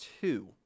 two